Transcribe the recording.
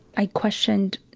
i questioned,